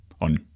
on